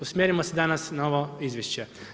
Usmjerimo se danas na ovo izvješće.